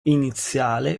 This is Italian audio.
iniziale